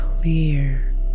clear